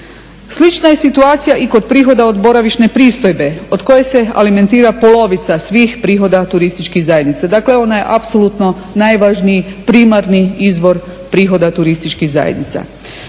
Slična je situacija i kod prihoda od boravišne pristojbe od koje se alimentira polovica svih prihoda turističkih zajednica. Dakle, ona je apsolutno najvažniji, primarni izvor prihoda turističkih zajednica.